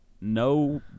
No